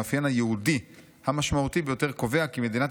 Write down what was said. המאפיין ה'יהודי' המשמעותי ביותר קובע כי 'מדינת